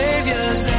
Savior's